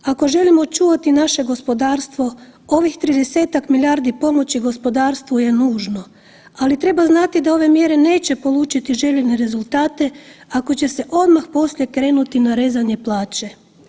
Ako želimo očuvati naše gospodarstvo, ovih 30-tak milijardi pomoći gospodarstvu je nužno, ali treba znati da ove mjere neće polučiti željene rezultate, ako će se odmah poslije krenuti na rezanje plaće.